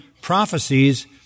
prophecies